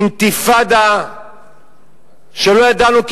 אינתיפאדה שלא ידענו כמותה,